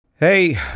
Hey